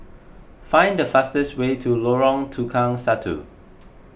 find the fastest way to Lorong Tukang Satu